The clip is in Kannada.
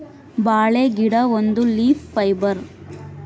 ಬಾಳೆ ಗಿಡ ಒಂದು ಲೀಫ್ ಫೈಬರ್